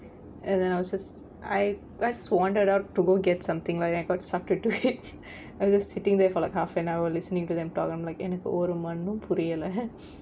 and then I was just I just wanted out to go get something like I got sucked into it I was just sitting there for like half an hour listening to them talk I'm like எனக்கு ஒரு மண்ணும் புரியல:enakku oru mannum puriyala